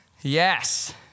Yes